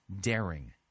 daring